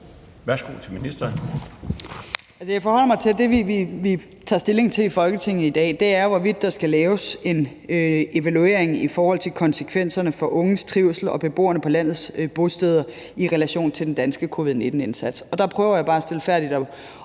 (Sophie Løhde): Jeg forholder mig til, at det, vi tager stilling til i Folketinget i dag, er, hvorvidt der skal laves en evaluering af konsekvenserne for unges og beboerne på landets bosteders trivsel i relation til den danske covid-19-indsats. Der prøver jeg bare stilfærdigt at